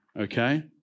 Okay